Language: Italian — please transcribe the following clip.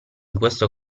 questo